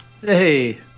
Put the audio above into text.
Hey